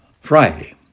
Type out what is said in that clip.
Friday